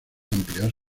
ampliar